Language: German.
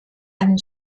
einen